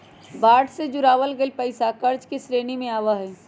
bond से जुटावल गइल पैसा कर्ज के श्रेणी में आवा हई